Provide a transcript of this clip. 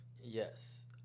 Yes